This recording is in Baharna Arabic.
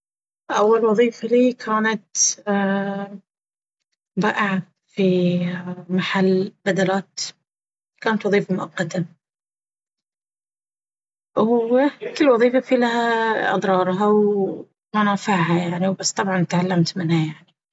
أول وظيفة لي كانت بائعة في محل بدلات، كانت وظيفة مؤقته. أو كل وظيفة في لها أضرارها ومنافعها يعني بس طبعا تعلمت منها يعني.